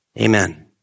Amen